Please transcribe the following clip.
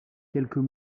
quelques